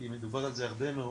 כי מדובר על זה הרבה מאוד,